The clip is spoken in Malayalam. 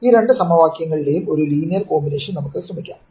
ഈ രണ്ട് സമവാക്യങ്ങളുടെയും ഒരു ലീനിയർ കോമ്പിനേഷൻ നമുക്ക് ശ്രമിക്കാം